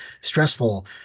Stressful